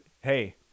hey